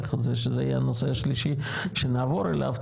שזה יהיה הנושא השלישי כשנעבור אליו,